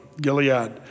Gilead